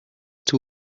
too